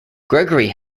gregory